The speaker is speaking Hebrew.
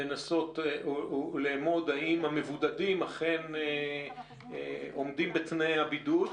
לנסות לאמוד האם המבודדים אכן עומדים בתנאי הבידוד,